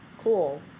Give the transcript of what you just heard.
Cool